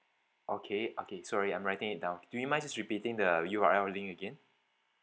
okay okay sorry I'm writing it down do you mind just repeating the U_R_L link again